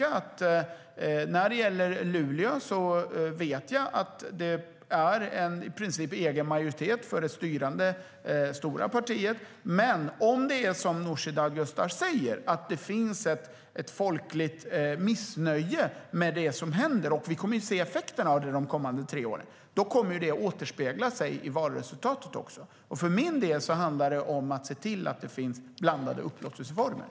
Jag vet att det styrande, stora partiet i Luleå har i princip egen majoritet. Men om det är som Nooshi Dadgostar säger, att det finns ett folkligt missnöje med det som händer, vilket vi kommer att se effekterna av de kommande tre åren, kommer det att återspeglas i valresultatet. För min del handlar det om att se till att det finns blandade upplåtelseformer.